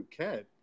Phuket